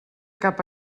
cap